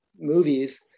movies